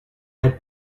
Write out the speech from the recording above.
had